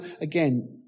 again